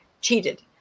cheated